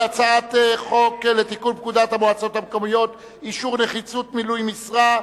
הצעת חוק לתיקון פקודת המועצות המקומיות (אישור נחיצות מילוי משרה),